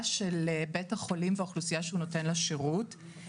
של בית החולים והאוכלוסייה שהוא נותן לה שירות.